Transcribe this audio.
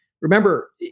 Remember